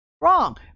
Wrong